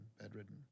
bedridden